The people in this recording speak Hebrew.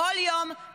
כל יום,